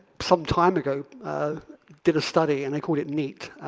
some time ago did a study and they called it neat.